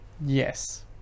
Yes